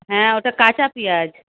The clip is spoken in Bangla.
হ্যাঁ ওটা কাঁচা পেঁয়াজ